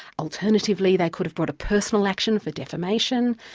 alternatively they could have brought a personal action for defamation,